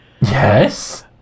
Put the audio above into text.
Yes